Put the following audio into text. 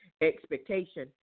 expectation